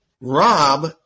Rob